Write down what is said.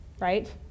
right